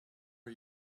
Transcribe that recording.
are